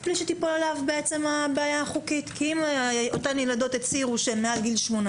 בלי שתיפול עליו הבעיה החוקית כי אם הן הצהירו שהן מעל 18,